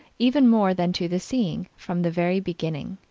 even more than to the seeing, from the very beginning.